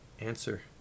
Answer